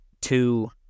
two